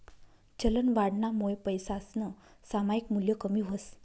चलनवाढनामुये पैसासनं सामायिक मूल्य कमी व्हस